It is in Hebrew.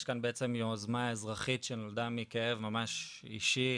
יש כאן בעצם יוזמה אזרחית שנולדה מכאב ממש אישי,